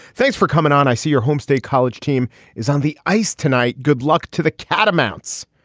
thanks for coming on. i see your home state college team is on the ice tonight. good luck to the cat amounts.